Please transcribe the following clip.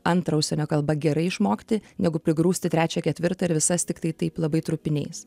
antrą užsienio kalbą gerai išmokti negu prigrūsti trečią ketvirtą ir visas tiktai taip labai trupiniais